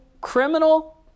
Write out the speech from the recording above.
criminal